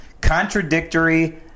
contradictory